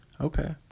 Okay